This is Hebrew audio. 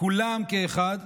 כולן כאחת.